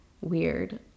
weird